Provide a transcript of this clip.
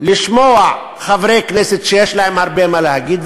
לשמוע חברי כנסת שיש להם הרבה מה להגיד,